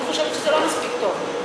אני חושבת שזה לא מספיק טוב.